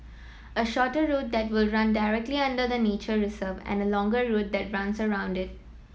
a shorter route that will run directly under the nature reserve and a longer route that runs around it